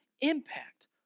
impact